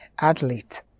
athlete